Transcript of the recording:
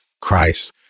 Christ